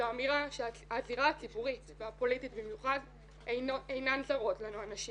זו אמירה שהזירה הציבורית והפוליטית במיוחד אינן זרות לנו הנשים.